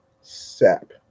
Sap